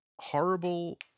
horrible